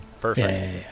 Perfect